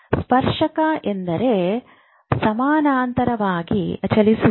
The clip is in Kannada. ಸ್ಪರ್ಶಕ ಎಂದರೆ ಸಮಾನಾಂತರವಾಗಿ ಚಲಿಸುವುದು